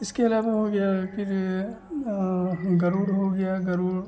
इसके अलावा हो गया फिर गरुड़ हो गया गरुड़